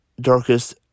darkest